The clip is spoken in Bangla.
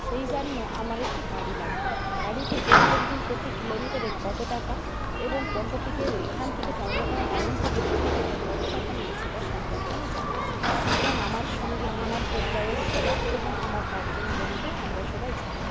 সেই জান্য আমার একটি গাড়ি লাগবে গাড়িটি প্রত্যেকদিন প্রতি কিলোমিটারে কতো টাকা এবং কোথা থেকে এখান থেকে চন্দ্রকোণা টাউন থেকে পুরী যেতে কত টাকা নেবে সেটার সম্পর্কে আমি জানতে চাই এবং আমার সঙ্গে আমার পরিবারের সবাই এবং আমার পাঁচজন বন্ধু আমরা সবাই যাবো